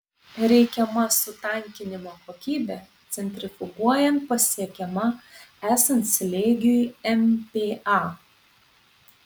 reikiama sutankinimo kokybė centrifuguojant pasiekiama esant slėgiui mpa